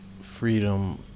freedom